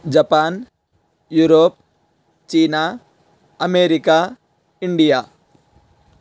Japan Europe China America India